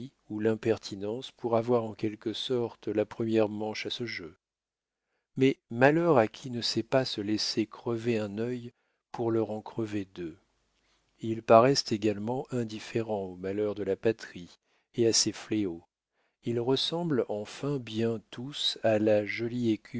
ou l'impertinence pour avoir en quelque sorte la première manche à ce jeu mais malheur à qui ne sait pas se laisser crever un œil pour leur en crever deux ils paraissent également indifférents aux malheurs de la patrie et à ses fléaux ils ressemblent enfin bien tous à la jolie